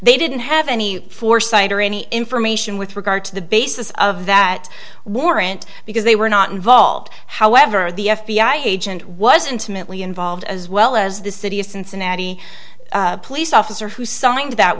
they didn't have any foresight or any information with regard to the basis of that warrant because they were not involved however the f b i agent was intimately involved as well as the city of cincinnati police officer who signed that